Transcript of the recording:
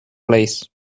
place